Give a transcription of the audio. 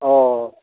औ